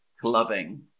clubbing